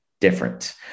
different